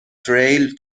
تریل